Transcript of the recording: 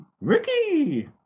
Ricky